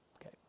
Okay